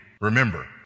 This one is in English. remember